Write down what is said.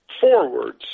forwards